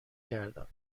کردم